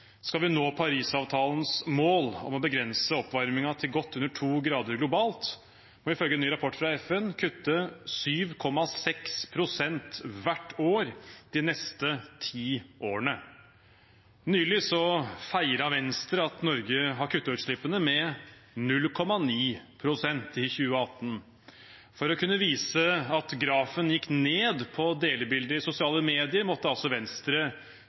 Skal vi nå Parisavtalens mål om å begrense oppvarmingen til godt under 2 grader globalt, må vi ifølge en ny rapport fra FN kutte 7,6 pst. hvert år de neste ti årene. Nylig feiret Venstre at Norge har kuttet utslippene med 0,9 pst. i 2018. For å kunne vise på delebilder i sosiale medier at grafen gikk ned,